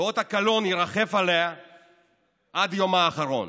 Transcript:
ואות הקלון ירחף עליה עד יומה האחרון.